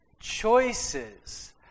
choices